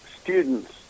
students